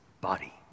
body